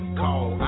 call